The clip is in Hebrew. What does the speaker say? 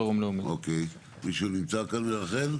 מישהו נמצא כאן מרח"ל?